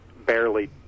Barely